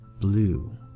blue